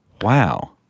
Wow